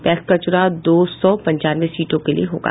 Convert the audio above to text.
PACS का चुनाव दो सौ पंचानवे सीटों को लिये होगा